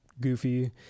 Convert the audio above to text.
goofy